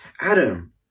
Adam